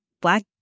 black